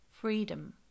Freedom